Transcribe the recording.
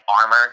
armor